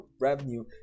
revenue